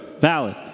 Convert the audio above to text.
valid